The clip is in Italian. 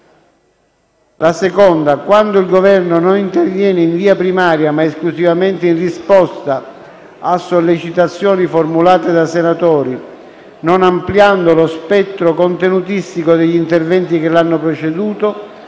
La seconda: quando il Governo non interviene in via primaria, ma esclusivamente in risposta a sollecitazioni formulate da senatori, non ampliando lo spettro contenutistico degli interventi che l'hanno preceduto,